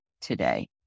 today